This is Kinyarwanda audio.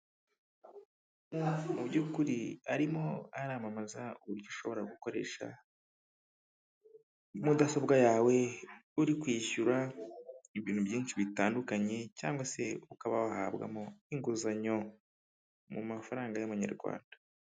Mu by'ukuri arimo aramamaza uburyo ushobora gukoresha mudasobwa yawe uri kwishyura ibintu byinshi bitandukanye cyangwa se ukaba wahabwamo inguzanyo mu mafaranga y'amanyarwanda.